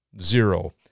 zero